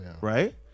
right